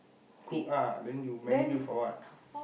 cook ah then you marry you for what